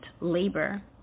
labor